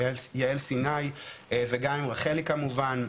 יעל סיני וגם עם רחלי כמובן,